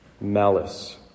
malice